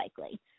likely